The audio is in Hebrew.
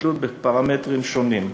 בתלות בפרמטרים שונים.